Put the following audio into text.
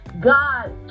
God